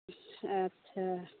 अच्छा